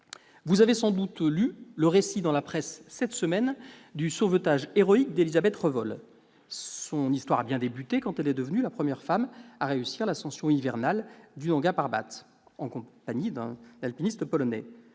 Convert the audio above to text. Vous avez sans doute lu le récit dans la presse cette semaine du sauvetage héroïque d'Élisabeth Revol. Son histoire a bien commencé, quand elle est devenue la première femme à réussir l'ascension hivernale du Nanga Parbat, en compagnie d'un alpiniste polonais.